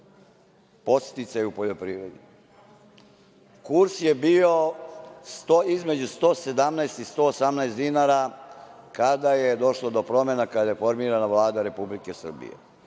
podsticaji u poljoprivredi. Kurs je bio između 117 i 118 dinara kada je došlo do promena, kada je formirana Vlada Republike Srbije.